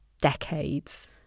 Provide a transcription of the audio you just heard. decades